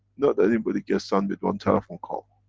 not anybody gets done with one telephone call.